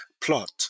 plot